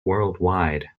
worldwide